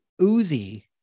Uzi